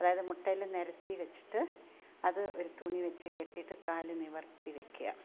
അതായത് മുട്ടേല് നിരത്തിവച്ചിട്ട് അത് ഒരു തുണിവച്ച് കെട്ടിയിട്ട് കാല് നിവര്ത്തിവയ്ക്കുക